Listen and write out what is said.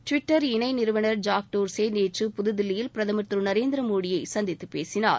Twitter இணை நிறுவனர் Jack Dorsey நேற்று புதுதில்லியில் பிரதமர் திரு நரேந்திர மோடியை சந்தித்துப் பேசினார்